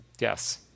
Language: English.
Yes